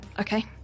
okay